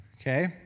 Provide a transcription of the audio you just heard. okay